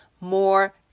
more